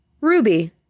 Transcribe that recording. Ruby